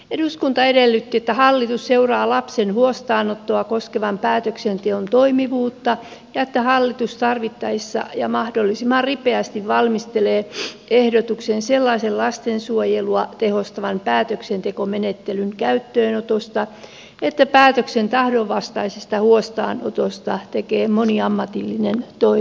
eduskunta edellytti että hallitus seuraa lapsen huostaanottoa koskevan päätöksenteon toimivuutta ja että hallitus tarvittaessa ja mahdollisimman ripeästi valmistelee ehdotuksen sellaisen lastensuojelua tehostavan päätöksentekomenettelyn käyttöönotosta että päätöksen tahdonvastaisesta huostaanotosta tekee moniammatillinen toimielin